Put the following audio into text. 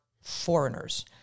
foreigners